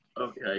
Okay